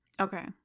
Okay